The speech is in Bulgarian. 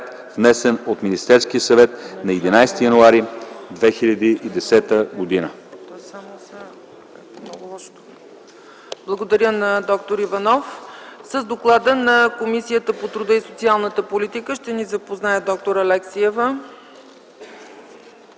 внесен от Министерски съвет на 11 януари 2010 г.”